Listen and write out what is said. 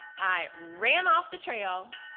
i ran off the trail.